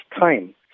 time